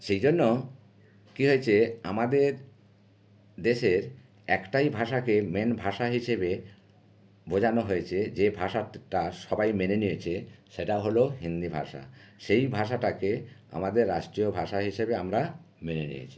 সেই জন্য কী হয়েছে আমাদের দেশের একটাই ভাষাকে মেন ভাষা হিসেবে বোঝানো হয়েছে যে ভাষাটা সবাই মেনে নিয়েছে সেটা হলো হিন্দি ভাষা সেই ভাষাটাকে আমাদের রাষ্ট্রীয় ভাষা হিসাবে আমরা মেনে নিয়েছি